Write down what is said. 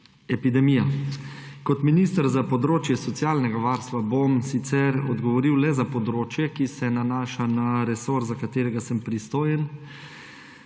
epidemija. Kot minister za področje socialnega varstva bom sicer odgovoril le za področje, ki se nanaša na resor, za katerega sem pristojen.